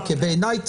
כי בעיניי,